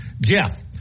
Jeff